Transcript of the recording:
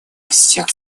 всех